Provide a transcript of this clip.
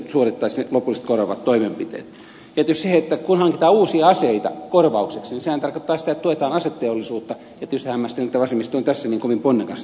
kun hankitaan uusia aseita korvaukseksi niin sehän tarkoittaa sitä että tuetaan aseteollisuutta ja tietysti hämmästelen että vasemmisto on tässä niin kovin ponnekas tämän tuen suhteen